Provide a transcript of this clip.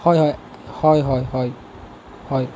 হয় হয় হয় হয় হয় হয়